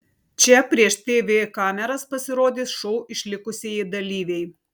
čia prieš tv kameras pasirodys šou išlikusieji dalyviai